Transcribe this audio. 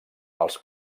als